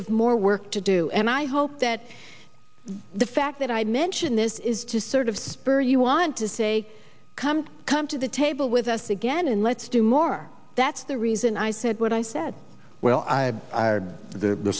have more work to do and i hope that the fact that i mention this is to sort of spur you want to say come come to the table with us again and let's do more that's the reason i said what i said well i heard the